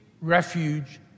refuge